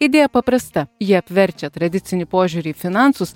idėja paprasta ji apverčia tradicinį požiūrį į finansus